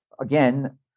again